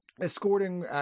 Escorting